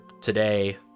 today